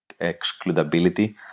excludability